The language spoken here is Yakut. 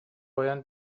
ойон